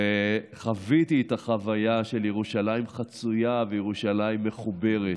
וחוויתי את החוויה של ירושלים חצויה וירושלים מחוברת.